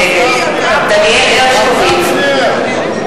נגד דניאל הרשקוביץ,